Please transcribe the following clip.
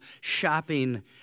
shopping